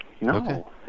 No